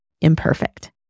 imperfect